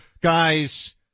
guys